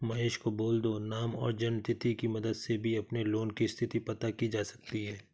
महेश को बोल दो नाम और जन्म तिथि की मदद से भी अपने लोन की स्थति पता की जा सकती है